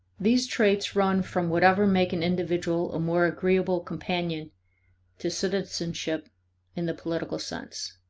these traits run from whatever make an individual a more agreeable companion to citizenship in the political sense